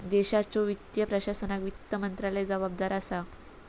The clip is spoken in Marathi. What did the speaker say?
देशाच्यो वित्तीय प्रशासनाक वित्त मंत्रालय जबाबदार असा